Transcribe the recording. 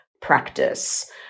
practice